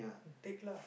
then take lah